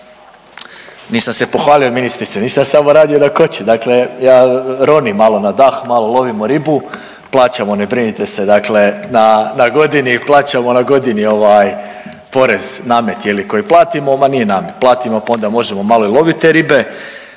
nisam se pohvalio ministrice, nisam ja samo radio da kočim, dakle ja ronim na dah, malo lovimo ribu, plaćamo ne brinite se dakle na, na godini plaćamo na godini ovaj porez, namet je li koji platimo, ma nije namet, platimo pa onda možemo malo i lovit te ribe,